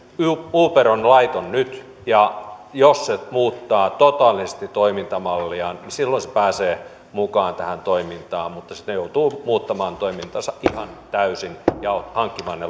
uber on laiton nyt ja jos se muuttaa totaalisesti toimintamalliaan niin silloin se pääsee mukaan tähän toimintaan mutta se joutuu muuttamaan toimintaansa ihan täysin ja hankkimaan ne